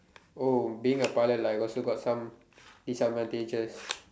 oh being a pilot like I also got some disadvantages